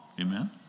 amen